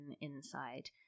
inside